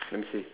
let me see